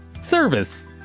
Service